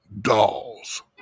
dolls